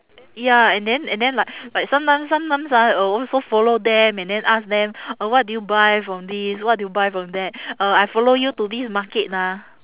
ya and then and then like like sometimes sometimes ah will also follow them and then ask them uh what did you buy from this what did you buy from that uh I follow you to this market ah